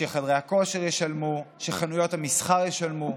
שחדרי הכושר ישלמו, שחנויות המסחר ישלמו.